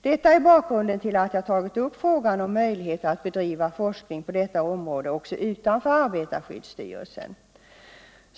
Detta är bakgrunden till att jag har tagit upp frågan om möjlighet att bedriva forskning på detta område också utanför arbetarskyddsstyrelsen.